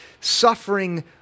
suffering